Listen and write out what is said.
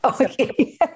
Okay